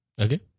Okay